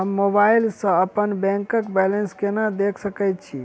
हम मोबाइल सा अपने बैंक बैलेंस केना देख सकैत छी?